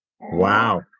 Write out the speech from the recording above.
wow